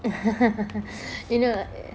இன்னும் :inum